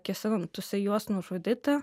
kėsintųsi juos nužudyti